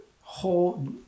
whole